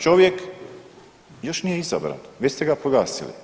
Čovjek još nije izabran, već ste ga proglasili.